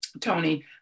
Tony